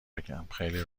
بگم، خیلی